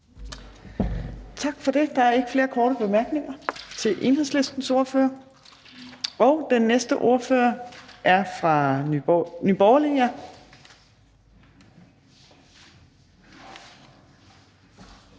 Tak for det. Der er ikke flere korte bemærkninger til Enhedslistens ordfører. Og den næste ordfører er fra Nye Borgerlige.